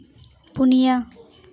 ᱯᱩᱱᱤᱭᱟ